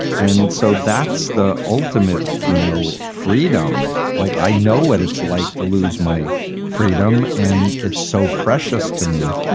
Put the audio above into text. and so that's the ultimate, you know, freedom. like, i know what it's like to lose my freedom. and it's so precious to me.